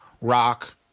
Rock